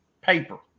paper